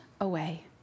away